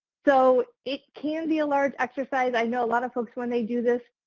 so it can be a large exercise. i know a lot of folks when they do this